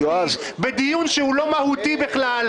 בדיון שהוא לא מהותי בכלל.